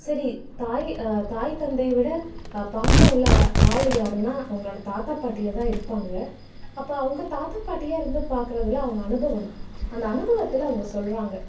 சரி தாய் தாய் தந்தையை விட பாசம் உள்ள ஆ ஆள் யாருனால் அவங்களோட தாத்தா பாட்டியாக தான் இருப்பாங்க அப்போ அவங்க தாத்தா பாட்டியாக இருந்து பார்க்குறதுல அவங்க அனுபவம் அந்த அனுபவத்தில் அவங்க சொல்கிறாங்க